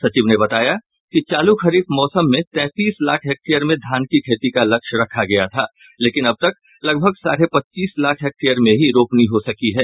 सचिव ने बताया कि चालू खरीफ मौसम में तैंतीस लाख हेक्टेयर में धान की खेती का लक्ष्य रखा गया था लेकिन अब तक लगभग साढ़े पच्चीस लाख हेक्टेयर में ही रोपनी हो सकी है